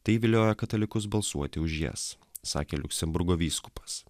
tai vilioja katalikus balsuoti už jas sakė liuksemburgo vyskupas